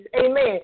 amen